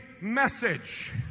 message